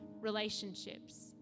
relationships